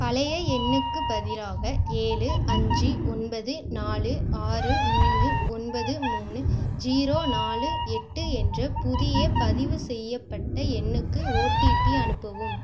பழைய எண்ணுக்குப் பதிலாக ஏழு அஞ்சு ஒன்பது நாலு ஆறு மூணு ஒன்பது மூணு ஜீரோ நாலு எட்டு என்ற புதிய பதிவுசெய்யப்பட்ட எண்ணுக்கு ஒடிபி அனுப்பவும்